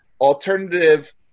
alternative